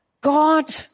God